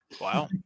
Wow